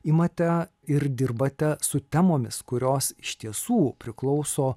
imate ir dirbate su temomis kurios iš tiesų priklauso